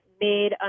made